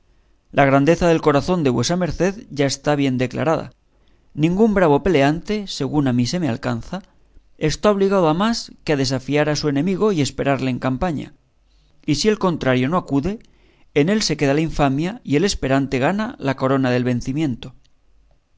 la grandeza del corazón de vuesa merced ya está bien declarada ningún bravo peleante según a mí se me alcanza está obligado a más que a desafiar a su enemigo y esperarle en campaña y si el contrario no acude en él se queda la infamia y el esperante gana la corona del vencimiento